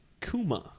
Kuma